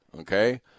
okay